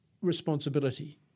responsibility